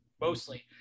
mostly